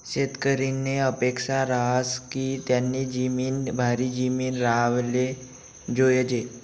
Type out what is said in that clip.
शेतकरीनी अपेक्सा रहास की त्यानी जिमीन भारी जिमीन राव्हाले जोयजे